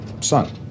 son